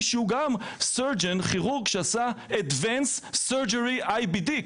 שהוא גם כירורג שעשה advanced surgery IBD,